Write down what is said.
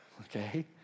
okay